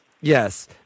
yes